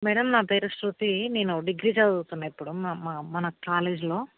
madam నా పేరు శృతి నేను డిగ్రీ చదువుతున్నా ఇప్పుడు మా మన కాలేజీలో